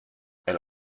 elle